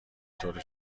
طور